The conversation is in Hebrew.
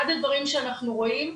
אחד הדברים שאנחנו רואים,